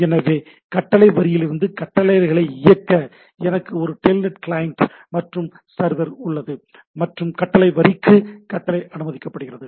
எனவே கட்டளை வரியிலிருந்து கட்டளைகளை இயக்க எனக்கு ஒரு டெல்நெட் கிளையன்ட் மற்றும் சர்வர் உள்ளது மற்றும் கட்டளை வரிக்கு கட்டளை அனுமதிக்கப்படுகிறது